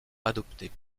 adoptés